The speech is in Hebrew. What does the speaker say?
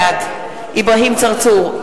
בעד אברהים צרצור,